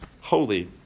holy